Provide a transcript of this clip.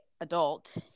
adult